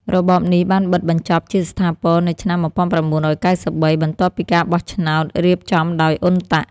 របបនេះបានបិទបញ្ចប់ជាស្ថាពរនៅឆ្នាំ ១៩៩៣ បន្ទាប់ពីការបោះឆ្នោតរៀបចំដោយ អ៊ុនតាក់ UNTAC។